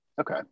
Okay